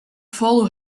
follow